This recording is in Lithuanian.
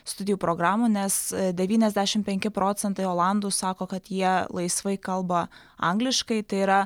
studijų programų nes devyniasdešim penki procentai olandų sako kad jie laisvai kalba angliškai tai yra